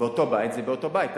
באותו בית זה באותו בית.